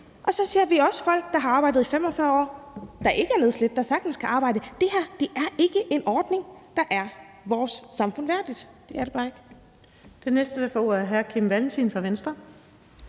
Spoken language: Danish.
Og så ser vi også folk, der har arbejdet i 45 år, der ikke er nedslidte og sagtens kan arbejde. Det her er ikke en ordning, der er vores samfund værdigt. Det er det bare ikke. Kl. 14:51 Den fg. formand (Birgitte Vind): Det næste,